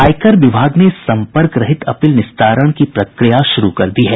आयकर विभाग ने संपर्क रहित अपील निस्तारण की प्रक्रिया शुरु कर दी है